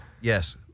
Yes